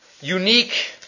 unique